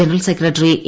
general secretary A